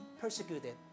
persecuted